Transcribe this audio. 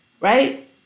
Right